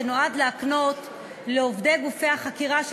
שנועד להקנות לעובדי גופי החקירה של